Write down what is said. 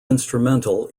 instrumental